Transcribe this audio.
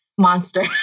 monster